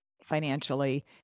financially